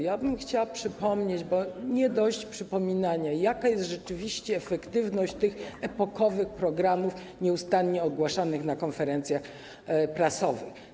Ja bym chciała przypomnieć, bo nie dość przypominania, jaka jest rzeczywiście efektywność tych epokowych programów, nieustannie ogłaszanych na konferencjach prasowych.